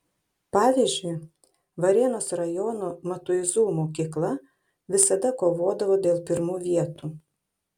pavyzdžiui varėnos rajono matuizų mokykla visada kovodavo dėl pirmų vietų